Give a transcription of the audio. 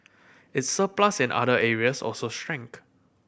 its surplus in other areas also shrank